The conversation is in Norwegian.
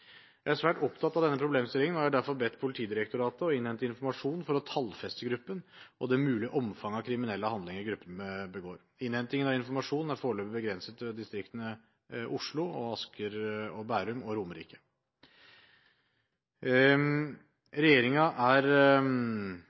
Jeg er svært opptatt av denne problemstillingen, og jeg har derfor bedt Politidirektoratet om å innhente informasjon for å tallfeste gruppen og det mulige omfanget av kriminelle handlinger gruppen begår. Innhentingen av informasjon er foreløpig begrenset til distriktene Oslo, Asker, Bærum og Romerike.